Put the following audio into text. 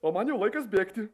o man jau laikas bėgti